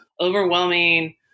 overwhelming